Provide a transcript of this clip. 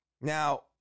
Now